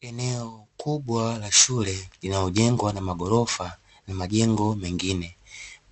Eneo kubwa la shule linalojengwa na maghorofa na majengo mengine,